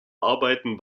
arbeiten